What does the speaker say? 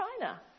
China